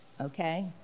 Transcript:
Okay